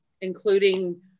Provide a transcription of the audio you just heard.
including